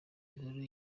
nkuru